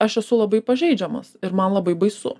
aš esu labai pažeidžiamas ir man labai baisu